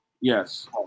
Yes